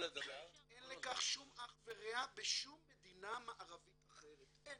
אין לכך שום אח ורע בשום מדינה מערבית אחרת.